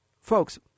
folks